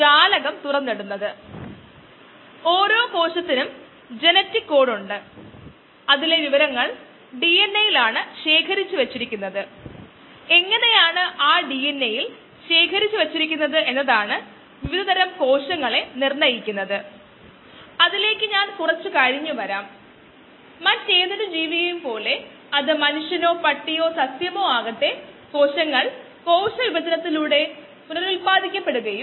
ലിറ്ററിന് പ്രായോഗിക കോശത്തിന്റെ കോൺസെൻട്രേഷൻ ഗ്രാം ഇവിടെ നൽകിയിരിക്കുന്നു മണിക്കൂറുകൾക്കുള്ളിൽ ഇത് മൊത്തം കോശങ്ങളുടെ സാന്ദ്രതയാണ് സ്കെയിൽ 0 മുതൽ 3 വരെ തുല്യമാണ് ഇവിടെ വീണ്ടും പൂജ്യം മുതൽ മൂന്ന് വരെ എന്നാൽ ഇത് പ്രായോഗിക കോശങ്ങളുടെ സാന്ദ്രതയാണ്